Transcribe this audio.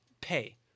pay